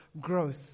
growth